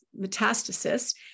metastasis